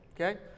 Okay